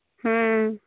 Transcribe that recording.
ᱦᱮᱸ